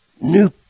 new